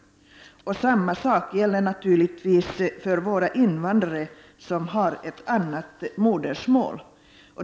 Samma sak gäller naturligtvis för våra invandrare som har ett annat modersmål.